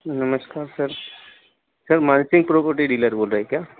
नमस्कार sir sir marching property dealer बोल रहे हैं क्या